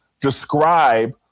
describe